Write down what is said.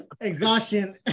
Exhaustion